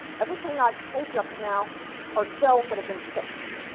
everything i have told you up to now are cells that have been fixed.